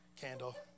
Candle